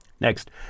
Next